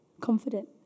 Confident